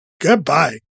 goodbye